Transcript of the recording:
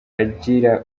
agira